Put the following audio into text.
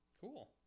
Cool